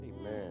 Amen